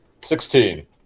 Sixteen